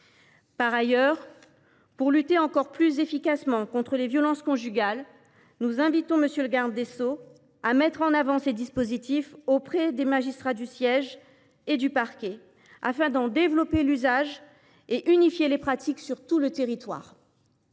Par ailleurs, pour lutter plus efficacement encore contre les violences conjugales, nous invitons M. le garde des sceaux à mettre en avant ces dispositifs auprès des magistrats du siège et du parquet : il s’agit d’en développer l’usage et d’unifier les pratiques sur tout le territoire.